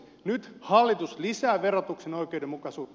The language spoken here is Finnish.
nyt hallitus lisää verotuksen oikeudenmukaisuutta